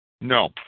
No